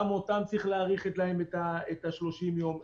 גם להם צריך להאריך את ה-30 יום.